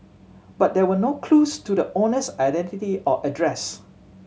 but there were no clues to the owner's identity or address